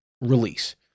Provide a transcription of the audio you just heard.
release